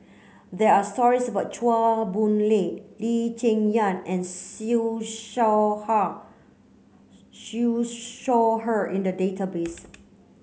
there are stories about Chua Boon Lay Lee Cheng Yan and Siew Shaw Siew Shaw Her in the database